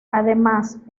además